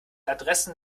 adressen